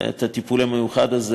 הטיפול המיוחד הזה,